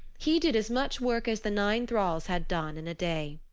he did as much work as the nine thralls had done in a day.